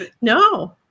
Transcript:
No